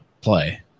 play